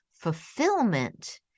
Fulfillment